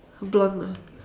blonde ah